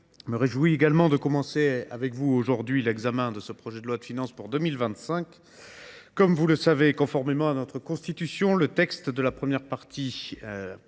je me réjouis d’entamer avec vous aujourd’hui l’examen du projet de loi de finances pour 2025. Comme vous le savez, conformément à notre Constitution, le rejet de la première partie du texte